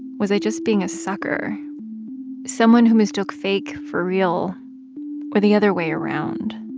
was i just being a sucker someone who mistook fake for real or the other way around?